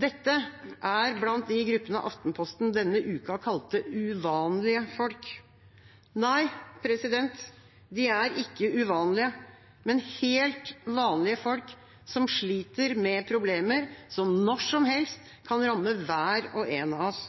Dette er blant de gruppene Aftenposten denne uka kalte «uvanlige folk». Nei, de er ikke uvanlige, men helt vanlige folk som sliter med problemer som når som helst kan ramme hver og en av oss.